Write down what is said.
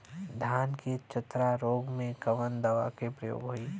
धान के चतरा रोग में कवन दवा के प्रयोग होई?